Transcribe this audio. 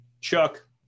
chuck